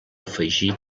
afegir